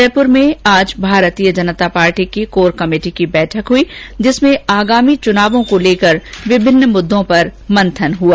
जयपुर में आज भारतीय जनता पार्टी की कोर कमेटी की बैठक हुई जिसमें आगामी चुनावों को लेकर विभिन्न मुददों पर मंथन हुआ